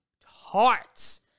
tarts